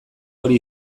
hori